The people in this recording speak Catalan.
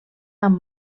amb